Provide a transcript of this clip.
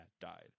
died